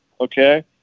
Okay